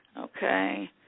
Okay